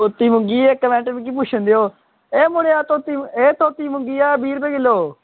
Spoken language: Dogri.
एह् धोती मूंगी इक्क मिंट मिगी पुच्छन देओ एह् मुढ़ेआ धोती मूंगी ऐ बीह् रपे किलो